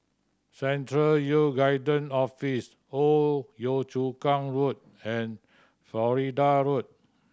Central Youth Guidance Office Old Yio Chu Kang Road and Florida Road